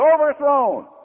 overthrown